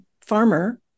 farmer